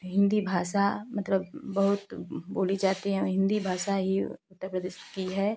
हिन्दी भाषा मतलब बहुत बोली जाती हैं और हिन्दी भाषा ही उत्तर प्रदेश की है